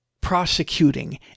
prosecuting